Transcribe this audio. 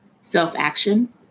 self-action